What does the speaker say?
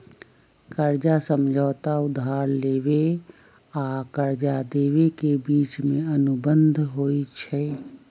कर्जा समझौता उधार लेबेय आऽ कर्जा देबे के बीच के अनुबंध होइ छइ